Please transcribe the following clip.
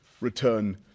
return